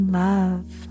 love